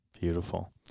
Beautiful